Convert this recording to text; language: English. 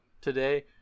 today –